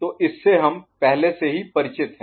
तो इससे हम पहले से ही परिचित हैं